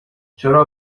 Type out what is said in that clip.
چرا